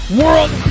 world